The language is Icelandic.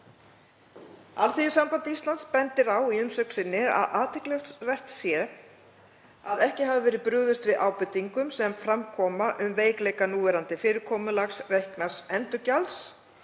Alþýðusamband Íslands bendir á í umsögn sinni að athyglisvert sé að ekki hafi verið brugðist við ábendingum sem fram koma um veikleika núverandi fyrirkomulags reiknaðs endurgjalds